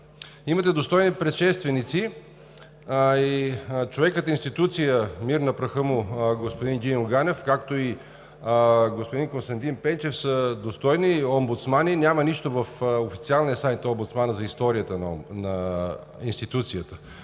имате достойни предшественици – човекът институция, мир на праха му, господин Гиньо Ганев, както и господин Константин Пенчев, които са достойни омбудсмани. Няма нищо в официалния сайт на омбудсмана за историята на институцията,